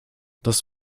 das